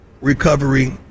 Recovery